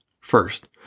First